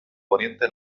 poniente